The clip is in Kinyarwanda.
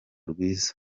rwiza